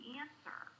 answer